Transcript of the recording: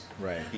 Right